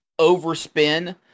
overspin